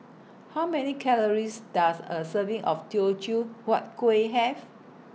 How Many Calories Does A Serving of Teochew Huat Kueh Have